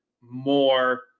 more –